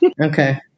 Okay